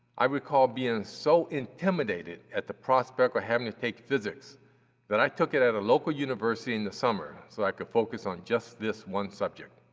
i recall being so intimidated at the prospect for having to take physics that i took it at a local university in the summer, so i could focus on just this one subject.